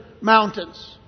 mountains